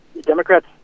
Democrats